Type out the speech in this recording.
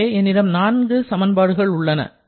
இங்கே என்னிடம் நான்கு சமன்பாடுகள் உள்ளன